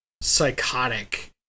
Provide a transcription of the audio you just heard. psychotic